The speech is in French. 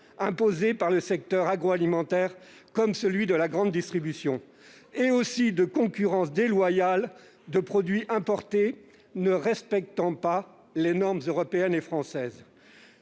imposée par le secteur agroalimentaire et la grande distribution, mais aussi de concurrence déloyale de produits importés ne respectant pas les normes européennes et françaises.